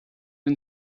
and